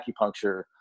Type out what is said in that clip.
acupuncture